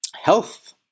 health